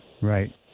right